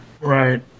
right